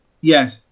Yes